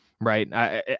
right